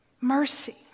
mercy